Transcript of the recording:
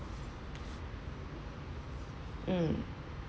mm